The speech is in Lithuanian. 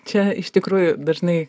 čia iš tikrųjų dažnai